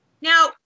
now